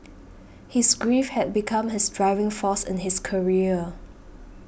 his grief had become his driving force in his career